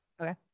Okay